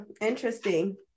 Interesting